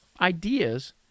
ideas